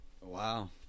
Wow